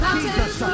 Jesus